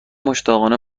مشتاقانه